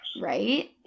Right